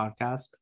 podcast